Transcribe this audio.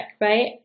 right